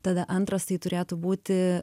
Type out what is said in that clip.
tada antras tai turėtų būti